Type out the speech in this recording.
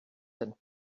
and